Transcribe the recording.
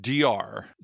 DR